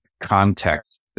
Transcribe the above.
context